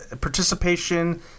participation